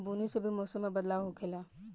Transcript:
बुनी से भी मौसम मे बदलाव होखेले